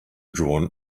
drawn